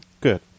Good